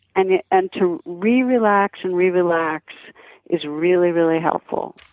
and and to re-relax and re-relax is really, really helpful.